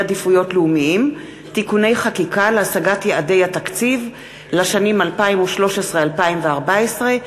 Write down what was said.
עדיפויות לאומיים (תיקוני חקיקה להשגת יעדי התקציב לשנים 2013 2014),